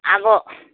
अब